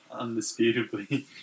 undisputably